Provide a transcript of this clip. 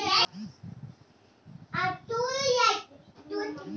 ఏం బాంకులో ఏమో, ఏ పని గావాల్నన్నా గంటలు గంటలు నిలవడాలె